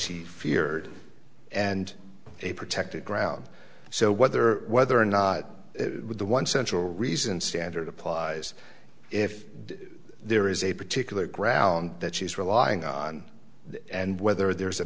she feared and a protected ground so whether whether or not the one central reason standard applies if there is a particular ground that she's relying on and whether